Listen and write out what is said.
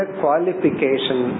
qualification